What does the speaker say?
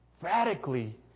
Radically